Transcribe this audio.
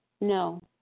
No